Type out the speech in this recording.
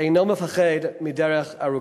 אינו מפחד מדרך ארוכה.